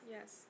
Yes